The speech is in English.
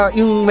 yung